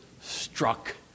struck